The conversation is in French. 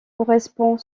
correspond